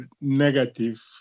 negative